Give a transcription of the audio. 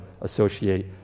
associate